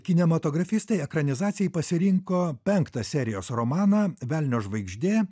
kinematografistai ekranizacijai pasirinko penktą serijos romaną velnio žvaigždė